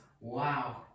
Wow